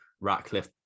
Ratcliffe